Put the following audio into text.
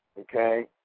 Okay